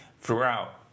throughout